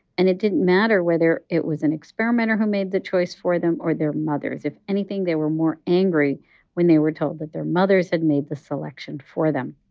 and it didn't matter whether it was an experimenter who made the choice for them or their mothers. if anything, they were more angry when they were told that their mothers had made the selection for them.